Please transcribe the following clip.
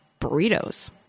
burritos